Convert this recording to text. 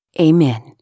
Amen